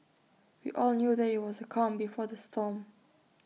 we all knew that IT was the calm before the storm